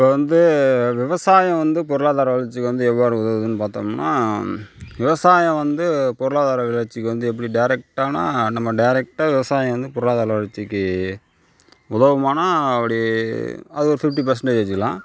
இப்போது வந்து விவசாயம் வந்து பொருளாதார வளச்சிக்கு வந்து எவ்வாறு உதவுதுன்னு பார்த்தோம்னா விவசாயம் வந்து பொருளாதார வளர்ச்சிக்கு எப்படி டைரெக்டானா நம்ம டைரெக்டா விவசாயம் வந்து பொருளாதார வளர்ச்சிக்கு உதவுமானா அப்படி அத ஒரு ஃபிஃப்ட்டி பெர்சண்டேஜ் வைச்சிக்கிலாம்